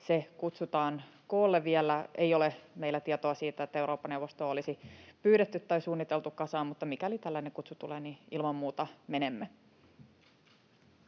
se kutsutaan koolle. Vielä ei ole meillä tietoa siitä, että Eurooppa-neuvosto olisi pyydetty tai suunniteltu kasaan, mutta mikäli tällainen kutsu tulee, niin ilman muuta menemme.